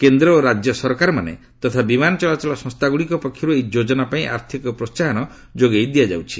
କେନ୍ଦ୍ର ଓ ରାଜ୍ୟସରକାରମାନେ ତଥା ବିମାନ ଚଳାଚଳ ସଂସ୍ଥାଗୁଡ଼ିକ ପକ୍ଷରୁ ଏହି ଯୋଜନା ପାଇଁ ଆର୍ଥିକ ପ୍ରୋହାହନ ଯୋଗାଇ ଦିଆଯାଇଥାଏ